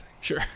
Sure